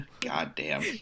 Goddamn